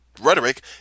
rhetoric